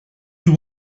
you